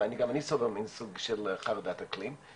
אולי גם אני סובל מסוג של חרדת אקלים.